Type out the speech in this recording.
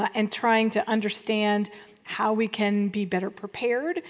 and trying to understand how we can be better prepared,